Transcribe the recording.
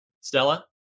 Stella